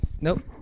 Nope